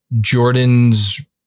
Jordan's